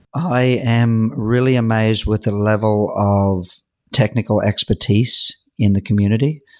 i am really amazed with the level of technical expertise in the community,